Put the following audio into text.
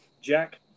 Jack